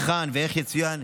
היכן ואיך יצוין,